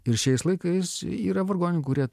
ir šiais laikais yra vargoninkų kurie